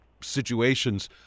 situations